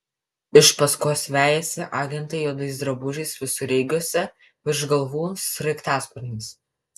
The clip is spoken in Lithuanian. iš paskos vejasi agentai juodais drabužiais visureigiuose virš galvų sraigtasparnis